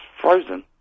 frozen